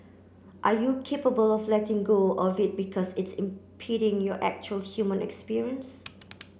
are you capable of letting go of it because it's impeding your actual human experience